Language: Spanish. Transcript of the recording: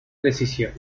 decisión